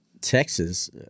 Texas